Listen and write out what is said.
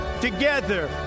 together